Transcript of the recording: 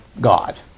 God